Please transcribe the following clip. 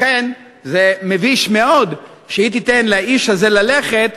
לכן מביש מאוד שהיא תיתן לאיש הזה ללכת,